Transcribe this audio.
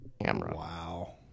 Wow